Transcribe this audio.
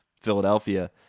Philadelphia